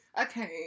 Okay